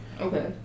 Okay